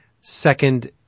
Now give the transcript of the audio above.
Second